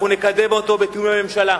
אנחנו נקדם אותו בתיאום עם הממשלה.